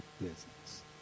business